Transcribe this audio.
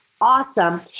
awesome